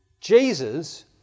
Jesus